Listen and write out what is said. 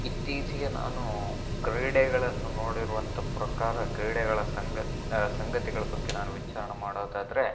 ಇತ್ತೀಚಿಗೆ ನಾನು ಕ್ರೀಡೆಗಳನ್ನು ನೋಡಿರುವಂಥ ಪ್ರಕಾರ ಕ್ರೀಡೆಗಳ ಸಂಗ ಸಂಗತಿಗಳ ಬಗ್ಗೆ ನಾನು ವಿಚಾರಣೆ ಮಾಡೋದಾದರೆ